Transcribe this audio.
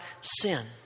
sin